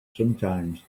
sometimes